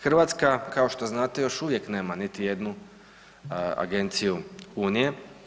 Hrvatska kao što znate još uvijek nema niti jednu agenciju unije.